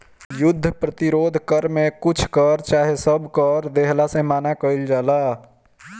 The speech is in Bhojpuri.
युद्ध प्रतिरोध कर में कुछ कर चाहे सब कर देहला से मना कईल जाला